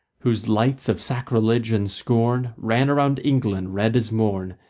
whose lights of sacrilege and scorn ran around england red as morn,